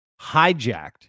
hijacked